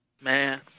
Man